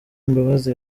mbabazi